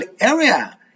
area